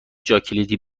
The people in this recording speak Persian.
جاکلیدی